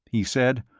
he said,